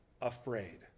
afraid